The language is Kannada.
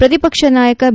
ಪ್ರತಿಪಕ್ಷ ನಾಯಕ ಬಿ